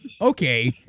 okay